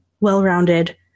well-rounded